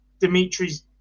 Dimitri's